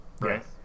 Right